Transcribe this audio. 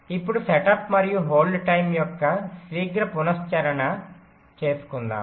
ఇప్పుడు సెటప్ మరియు hold time యొక్క శీఘ్ర పునశ్చరణను చేసుకుందాము